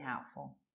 helpful